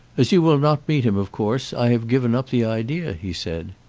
as you will not meet him of course i have given up the idea, he said.